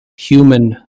human